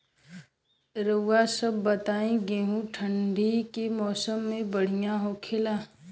रउआ सभ बताई गेहूँ ठंडी के मौसम में बढ़ियां होखेला?